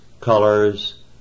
colors